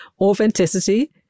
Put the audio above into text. authenticity